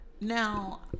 Now